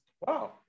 Wow